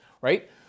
right